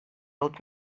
old